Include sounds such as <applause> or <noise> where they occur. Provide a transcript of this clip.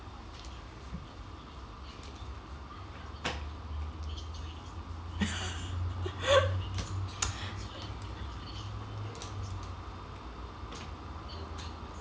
<laughs>